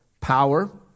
power